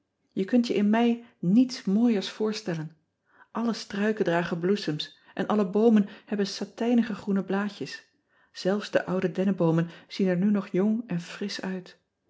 e kunt je in ei niets mooiers voorstellen lle struiken dragen bloesems en alle boomen hebben satijnige groene blaadjes zelfs de oude dennenboomen zien er nu nog jong en frisch uit